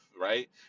right